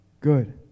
good